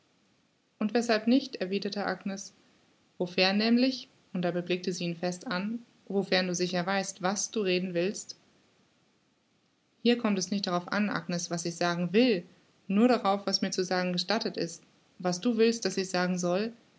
und weßhalb nicht erwiderte agnes wofern nämlich und dabei blickte sie ihn fest an wofern du sicher weißt was du reden willst hier kommt es nicht darauf an agnes was ich sagen will nur darauf was mir zu sagen gestattet ist was du willst daß ich sagen soll